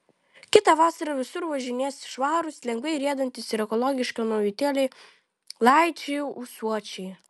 kitą vasarą visur važinės švarūs lengvai riedantys ir ekologiški naujutėlaičiai ūsuočiai